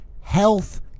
health